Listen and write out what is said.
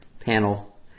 panel